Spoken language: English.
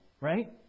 right